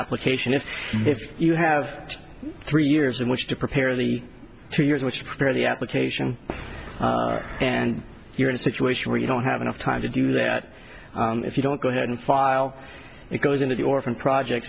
application if you have three years in which to prepare the two years which prepare the application and you're in a situation where you don't have enough time to do that if you don't go ahead and file it goes into the orphan project